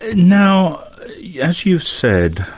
ah now yeah as you've said,